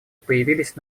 появились